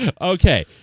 Okay